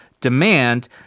demand